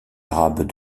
arabe